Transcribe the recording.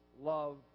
love